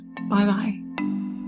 Bye-bye